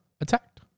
attacked